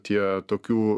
tie tokių